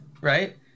right